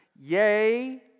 yay